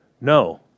No